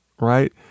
right